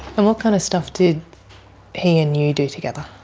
and what kind of stuff did he and you do together?